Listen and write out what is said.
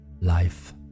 life